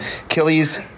Achilles